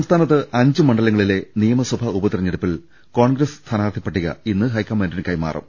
സംസ്ഥാനത്ത് അഞ്ചു മണ്ഡലങ്ങളിലെ നിയമസഭാ ഉപതെരഞ്ഞെ ടുപ്പിൽ കോൺഗ്രസ് സ്ഥാനാർത്ഥിപട്ടിക ഇന്ന് ഹൈക്കമാന്റിന് കൈമാറും